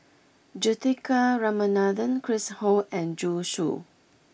Juthika Ramanathan Chris Ho and Zhu Xu